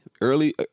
early